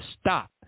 Stop